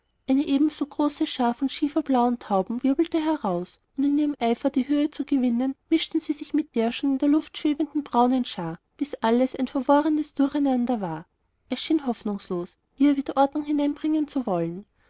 eine ebenso große schar von schieferblauen tauben wirbelte heraus und in ihrem eifer die höhe zu gewinnen mischten sie sich mit der schon in der luft schwebenden braunen schar bis alles ein verworrenes durcheinander war es schien hoffnungslos hier wieder ordnung hineinbringen zu wollen